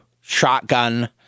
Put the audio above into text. shotgun